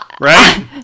right